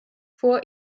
vor